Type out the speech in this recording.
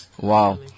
Wow